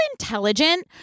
intelligent